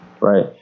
right